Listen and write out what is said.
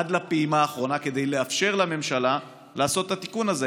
עד לפעימה האחרונה כדי לאפשר לממשלה לעשות את התיקון הזה.